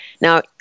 now